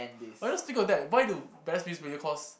why not still got that why do best cause